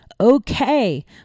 okay